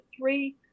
three